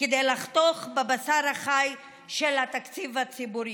כדי לחתוך בבשר החי של התקציב הציבורי.